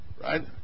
right